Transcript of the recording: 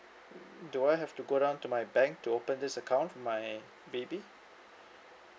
mm do I have to go down to my bank to open this account for my baby